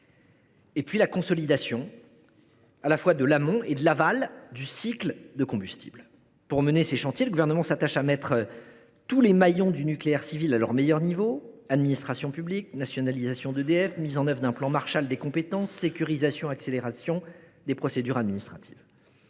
a enfin la consolidation de l’amont et de l’aval du cycle du combustible. Pour mener ces chantiers, le Gouvernement s’attache à mettre tous les maillons du nucléaire civil à leur meilleur niveau : réforme des administrations publiques, nationalisation d’EDF, mise en œuvre d’un plan Marshall des compétences, sécurisation et accélération des procédures administratives.